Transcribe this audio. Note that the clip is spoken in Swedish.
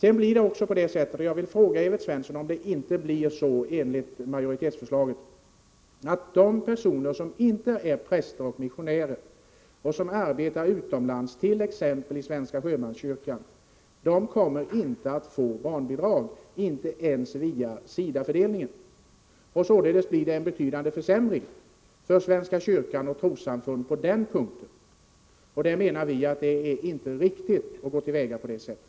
Jag vill fråga Evert Svensson om det inte enligt majoritetsförslaget blir så att de personer som inte är präster och missionärer och som arbetar utomlands, t.ex. i svenska sjömanskyrkan, inte kommer att få barnbidrag, inte ens via SIDA-fördelningen. Således blir det en betydande försämring för svenska kyrkan och trossamfund på den punkten. Det är inte riktigt, menar vi, att gå till väga på det sättet.